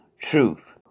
truth